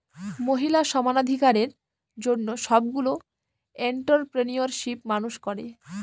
মহিলা সমানাধিকারের জন্য সবগুলো এন্ট্ররপ্রেনিউরশিপ মানুষ করে